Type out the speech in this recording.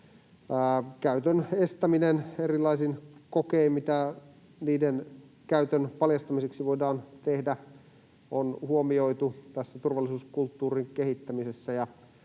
käytön estäminen erilaisin kokein, se, mitä niiden käytön paljastamiseksi voidaan tehdä, on huomioitu tässä turvallisuuskulttuurin kehittämisessä.